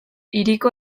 hiriko